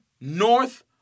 north